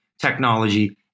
technology